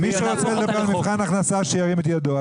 מי שרוצה לדבר על מבחן ההכנסה שירים את ידו,